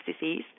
disease